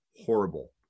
horrible